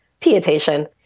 Pietation